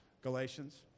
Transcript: Galatians